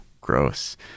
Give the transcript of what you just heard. gross